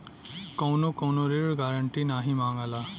कउनो कउनो ऋण गारन्टी नाही मांगला